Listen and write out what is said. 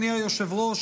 אדוני היושב-ראש,